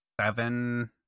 seven